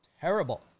terrible